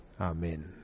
Amen